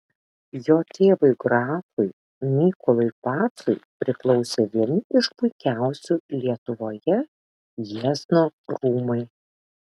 jo tėvui grafui mykolui pacui priklausė vieni iš puikiausių lietuvoje jiezno rūmai